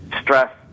stress